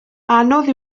anodd